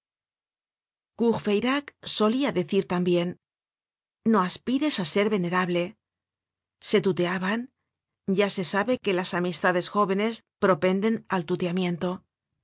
solia decir tambien no aspires á ser venerable se tuteaban ya se sabe que las amistades jóvenes propenden al tuteamiento